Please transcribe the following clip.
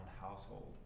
household